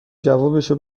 جوابشو